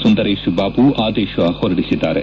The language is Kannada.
ಸುಂದರೇಶ್ ಬಾಬು ಆದೇಶ ಹೊರಡಿಸಿದ್ದಾರೆ